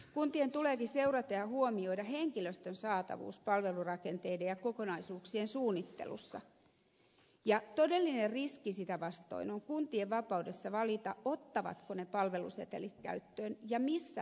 kuntien tuleekin seurata ja huomioida henkilöstön saatavuutta palvelurakenteiden ja kokonaisuuksien suunnittelussa ja todellinen riski sitä vastoin on kuntien vapaudessa valita ottavatko ne palvelusetelit käyttöön ja missä palveluissa